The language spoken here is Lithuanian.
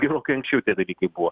gerokai anksčiau tie dalykai buvo